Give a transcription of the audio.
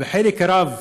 וחלק גדול,